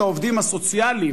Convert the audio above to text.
את העובדים הסוציאליים.